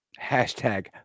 Hashtag